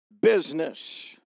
business